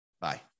Bye